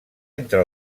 entre